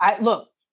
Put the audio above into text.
look